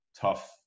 tough